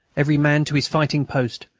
every man to his fighting post.